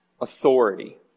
authority